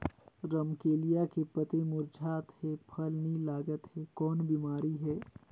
रमकलिया के पतई मुरझात हे फल नी लागत हे कौन बिमारी हे?